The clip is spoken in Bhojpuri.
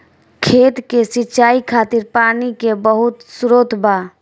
खेत के सिंचाई खातिर पानी के बहुत स्त्रोत बा